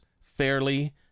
fairly